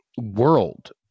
world